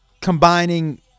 combining